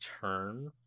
turn